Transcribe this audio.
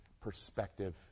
perspective